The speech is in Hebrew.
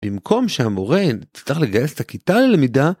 במקום שהמורה יצטרך לגייס את הכיתה ללמידה